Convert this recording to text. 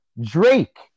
Drake